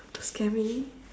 can we